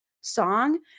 song